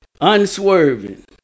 unswerving